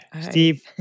Steve